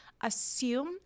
assume